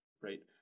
right